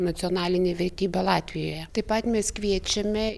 nacionalinė vertybė latvijoje taip pat mes kviečiame